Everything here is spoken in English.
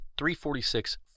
346